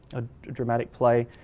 a dramatic play.